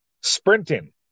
sprinting